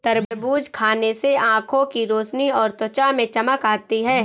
तरबूज खाने से आंखों की रोशनी और त्वचा में चमक आती है